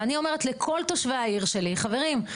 ואני אומרת לכל תושבי העיר שלי 'חברים,